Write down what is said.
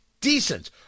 decent